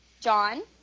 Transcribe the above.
John